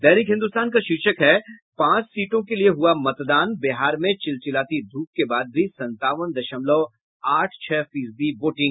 दैनिक हिन्दुस्तान का शीर्षक है पांच सीटों के लिए हुआ मतदान बिहार में चिलचिलाती धूप के बाद भी संतावन दशमलव आठ छह फीसदी वोटिंग